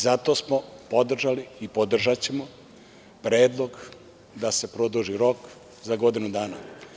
Zato smo podržali i podržaćemo predlog da se produži rok za godinu dana.